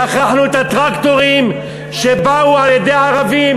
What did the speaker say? שכחנו את הטרקטורים שבאו על-ידי ערבים?